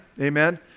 Amen